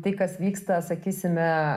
tai kas vyksta sakysime